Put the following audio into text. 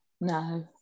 No